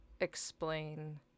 explain